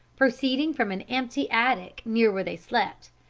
proceeding from an empty attic near where they slept,